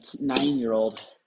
nine-year-old